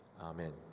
Amen